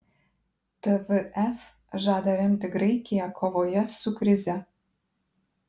tvf žada remti graikiją kovoje su krize